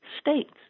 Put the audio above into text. States